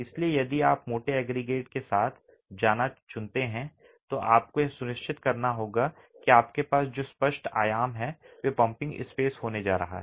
इसलिए यदि आप मोटे एग्रीगेट के साथ जाना चुनते हैं तो आपको यह सुनिश्चित करना होगा कि आपके पास जो स्पष्ट आयाम हैं वे पंपिंग स्पेस होने जा रहे हैं